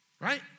right